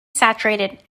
saturated